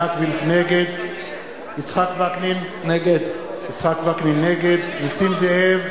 נגד יצחק וקנין, נגד נסים זאב,